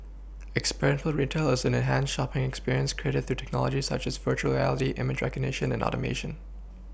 experiential retail is an enhanced shopPing experience created through technologies such as virtual reality image recognition and Automation